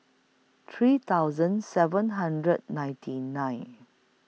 three thousand seven hundred ninety nine